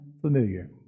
familiar